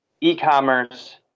e-commerce